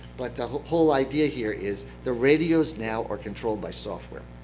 but the whole whole idea here is the radios now are controlled by software.